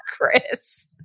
Chris